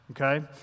okay